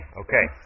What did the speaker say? okay